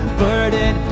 burden